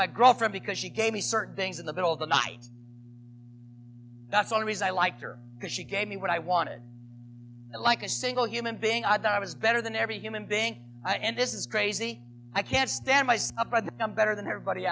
my girlfriend because she gave me certain things in the middle of the night that's one reason i like her because she gave me what i wanted like a single human being i thought i was better than every human being and this is crazy i can't stand by the better than everybody